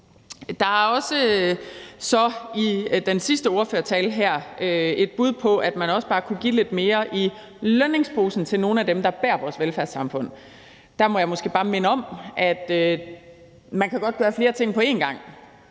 Der var i den sidste ordførertale også et bud, der handlede om, at man bare kunne give lidt mere i lønningsposen til nogle af dem, der bærer vores velfærdssamfund. Der må jeg måske bare minde om, at man godt kan gøre flere ting på en gang.